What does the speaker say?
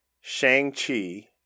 Shang-Chi